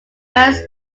west